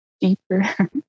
deeper